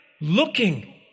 Looking